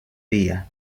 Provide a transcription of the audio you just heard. día